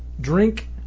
drink